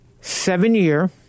seven-year